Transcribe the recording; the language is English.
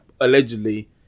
allegedly